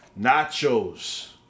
Nachos